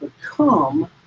become